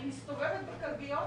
אני מסתובבת בכלביות,